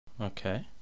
okay